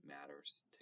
matters